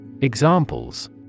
Examples